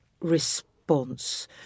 response